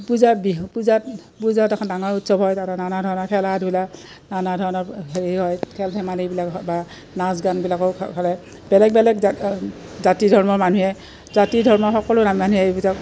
পূজা বিহু পূজাত পূজাত এখন ডাঙৰ উৎসৱ হয় তাতে নানা ধৰণৰ খেলা ধূলা নানা ধৰণৰ হেৰি হয় খেল ধেমালিবিলাক হয় বা নাচ গানবিলাকো বেলেগ বেলেগ জ জাতি ধৰ্মৰ মানুহে জাতি ধৰ্মৰ সকলো না মানুহে এই পূজাক